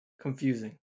confusing